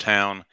Town